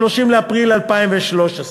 30 באפריל 2013,